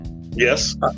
Yes